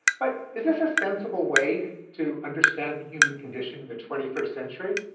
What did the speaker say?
but is this a sensible way to understand the human condition in the twenty first century?